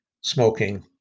smoking